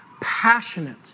passionate